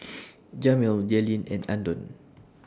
Jamil Jaylene and Andon